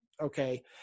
okay